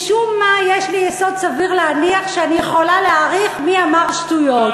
משום מה יש לי יסוד סביר להניח שאני יכולה להעריך מי אמר "שטויות".